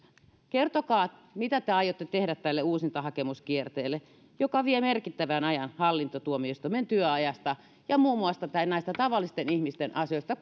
kertokaa mitä te aiotte tehdä tälle uusintahakemuskierteelle joka vie merkittävän ajan hallintotuomioistuimen työajasta ja muun muassa näistä tavallisten ihmisten asioista